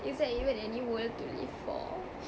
is there even any world to live for